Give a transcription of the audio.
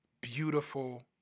beautiful